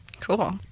Cool